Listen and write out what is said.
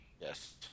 Yes